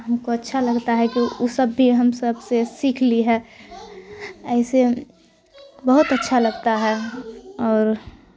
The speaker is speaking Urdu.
ہم کو اچھا لگتا ہے کہ او سب بھی ہم سب سے سیکھ لی ہے ایسے بہت اچھا لگتا ہے اور